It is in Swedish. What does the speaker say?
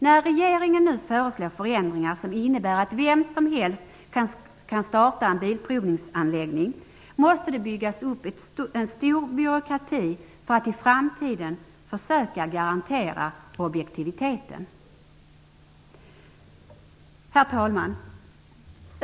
När regeringen nu föreslår förändringar som innebär att vem som helst kan starta en bilprovningsanläggning måste en stor byråkrati byggas upp för att i framtiden försöka garantera objektiviteten. Herr talman!